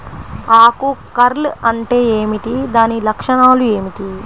ఆకు కర్ల్ అంటే ఏమిటి? దాని లక్షణాలు ఏమిటి?